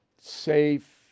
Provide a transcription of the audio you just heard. safe